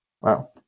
Wow